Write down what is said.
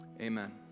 Amen